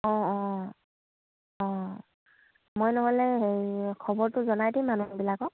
অঁ অঁ অঁ মই নহ'লে হেৰি খবৰটো জনাই দিম মানুহবিলাকক